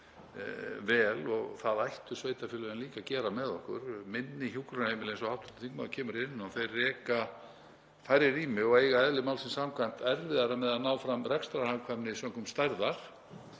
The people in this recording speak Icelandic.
vel og það ættu sveitarfélögin líka að gera með okkur. Minni hjúkrunarheimili, eins og hv. þingmaður kemur inn á, reka færri rými og eiga eðli málsins samkvæmt erfiðara með að ná fram rekstrarhagkvæmni sökum stærðar.